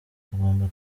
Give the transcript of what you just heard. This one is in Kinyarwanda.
tugomba